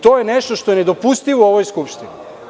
To je nešto što je nedopustivo u ovoj Skupštini.